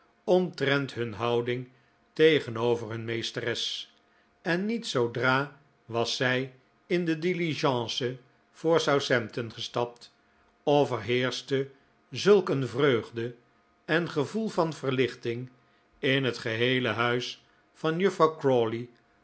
omtrent hun houding tegenover hun meesteres en niet zoodra was zij in de diligence voor southampton gestapt of er heerschte zulk een vreugde en gevoel van verlichting in het geheele huis van juffrouw